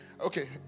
okay